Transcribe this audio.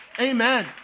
Amen